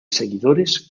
seguidores